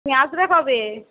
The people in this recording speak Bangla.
তুমি আসবে কবে